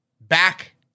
Back